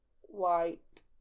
white